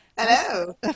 Hello